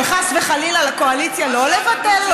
אבל חס וחלילה לקואליציה לא לוותר,